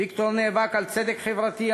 ויקטור נאבק על צדק חברתי,